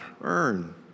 earn